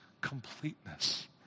completeness